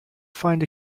find